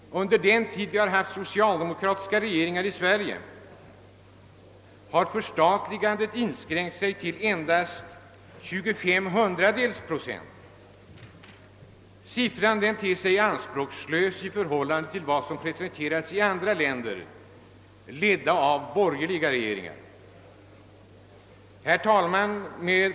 Under den tid som vi haft socialdemokratiska regeringar i Sverige har förstatligandet inskränkt sig till endast 23 hundradels procent. Denna siffra ter sig anspråkslös i förhållande till vad som presenteras i andra länder, ledda av borgerliga regeringar. Herr talman!